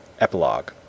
epilogue